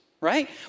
right